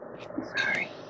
Sorry